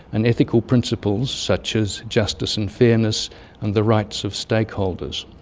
and ethical principles such as justice and fairness and the rights of stakeholders.